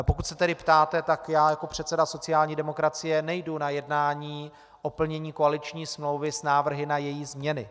Pokud se tedy ptáte, tak já jako předseda sociální demokracie nejdu na jednání o plnění koaliční smlouvy s návrhy na její změny.